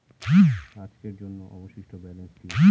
আজকের জন্য অবশিষ্ট ব্যালেন্স কি?